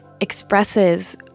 expresses